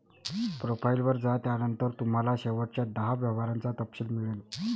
profile वर जा, त्यानंतर तुम्हाला शेवटच्या दहा व्यवहारांचा तपशील मिळेल